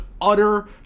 utter